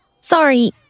Sorry